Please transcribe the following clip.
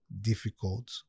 difficult